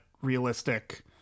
realistic